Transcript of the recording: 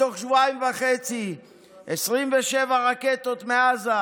בתוך שבועיים וחצי 27 רקטות מעזה,